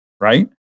right